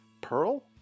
Pearl